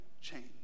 change